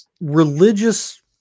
religious